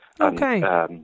Okay